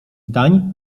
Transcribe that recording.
zdań